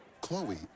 Chloe